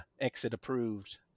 Exit-approved